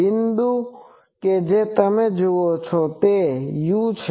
બિંદુ કે જે તમે જુઓ છો તે u છે